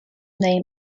name